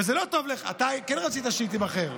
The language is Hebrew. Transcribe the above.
וזה לא טוב לך, אתה כן רצית שהיא תיבחר,